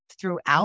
throughout